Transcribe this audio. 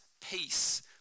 peace